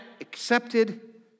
accepted